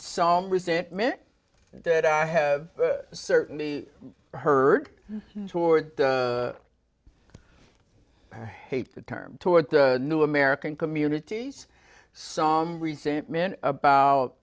some resentment that i have certainly heard toward i hate the term toward the new american communities some resentment about